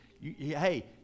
Hey